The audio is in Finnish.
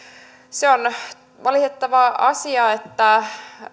se on valitettava asia että